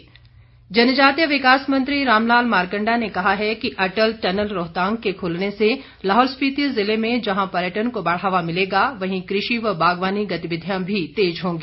मारकंडा जनजातीय विकास मंत्री रामलाल मारकंडा ने कहा है कि अटल टनल रोहतांग के खुलने से लाहौल स्पीति जिले में जहां पर्यटन को बढ़ावा मिलेगा वहीं कृषि व बागवानी गतिविधियां भी तेज होंगी